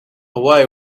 away